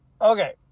okay